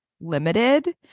limited